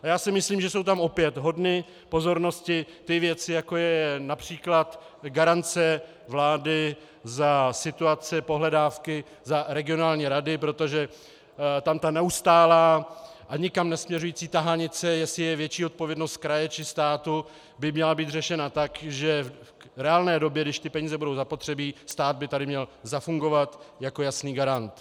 Já si myslím, že jsou tam opět hodny pozornosti ty věci, jako je např. garance vlády za situaci pohledávky za regionální rady, protože tam ta neustálá a nikam nesměřující tahanice, jestli je větší odpovědnost kraje, či státu, by měla být řešena tak, že v reálné době, když ty peníze budou zapotřebí, stát by tady měl zafungovat jako jasný garant.